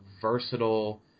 versatile